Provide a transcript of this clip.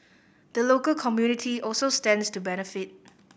the local community also stands to benefit